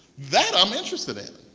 that i'm interested in.